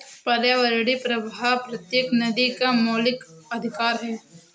पर्यावरणीय प्रवाह प्रत्येक नदी का मौलिक अधिकार है